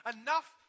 enough